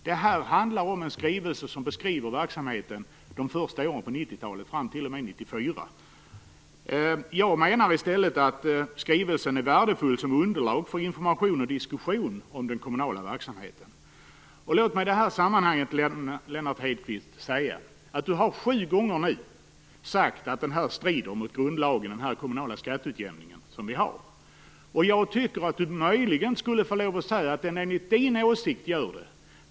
Detta handlar om en skrivelse som beskriver verksamheten från de första åren på 90-talet t.o.m. 1994. Skrivelsen är värdefull som underlag för information och diskussion om den kommunala verksamheten. Låt mig i detta sammanhang säga att Lennart Hedquist nu sju gånger har sagt att den kommunala skatteutjämningen strider mot grundlagen. Jag tycker att han möjligen kunde få lov att säga att den enligt hans åsikt gör det.